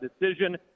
decision